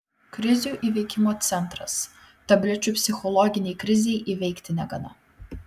krizių įveikimo centras tablečių psichologinei krizei įveikti negana